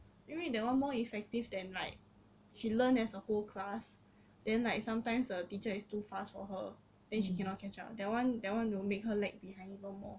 因为 that one more effective than like she learn as a whole class then like sometimes the teacher is too fast for her then she cannot catch up that one that one will make her lag behind even more